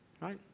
right